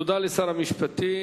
תודה לשר המשפטים.